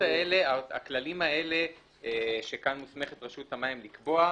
הכללים האלה שכאן מוסמכת רשות המים לקבוע,